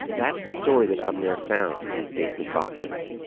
that's the story that avner found in these basement boxes.